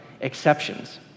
exceptions